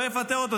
לא יפטר אותו?